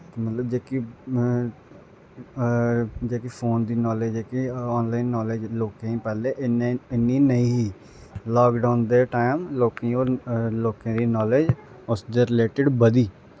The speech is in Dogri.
मतलब जेह्की जेह्की फोन दी नालेज जेह्की आनलाइन नॉलेज़ लोकें गी पैह्लें इन्ने इन्नी नेईं ही लाकडाउन दे टैम लोकें दी ओह् लोकें दी नालेज़ उसदे रिलेटिड बधी